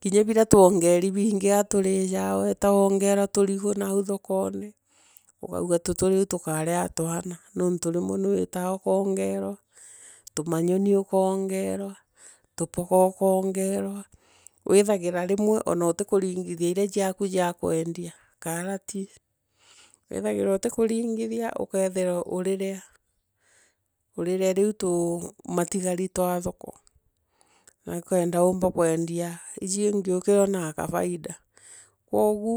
kinya biria tuongeeri bingi aturinyanga weta woongerwa turugu naagu thokone ukauga tutu riu tukaaria na twaana ntuntu rimwe nuitaa ukaongerwa tumanyoni ukaongerwa tupoga ukaonyerwa withagira rimwe onautikuringithia irea uaku aa kuendia karati withagira utikuringithia ukaithirwa uriria uriria riu tumatigari twa thoko. Nikenda gumba ikuendia iyi ingi ukionao kabaida koogu.